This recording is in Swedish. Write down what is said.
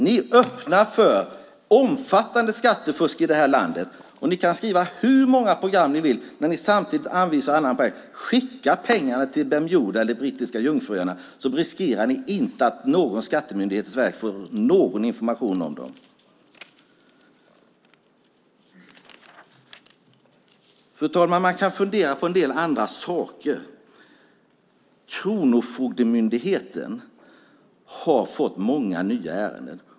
Ni öppnar för omfattande skattefusk i landet, och ni kan skriva hur många program ni vill när ni samtidigt säger: Skicka pengarna till Bermuda eller Brittiska Jungfruöarna. Då riskerar ni inte att Skatteverket i Sverige får någon information om det. Fru talman! Man kan fundera på en del andra saker också. Kronofogdemyndigheten har fått många nya ärenden.